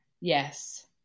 Yes